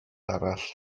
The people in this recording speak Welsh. arall